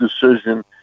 decision